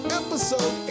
episode